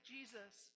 Jesus